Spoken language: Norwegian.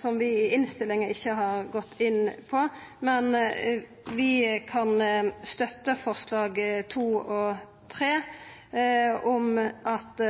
som vi i innstillinga ikkje har gått inn på, men vi kan støtta forslaga nr. 2 og 3 om at